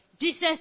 Jesus